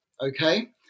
okay